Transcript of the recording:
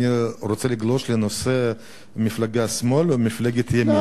אני רוצה לגלוש לנושא מפלגת שמאל או מפלגת ימין.